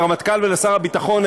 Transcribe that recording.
לרמטכ"ל ולשר הביטחון,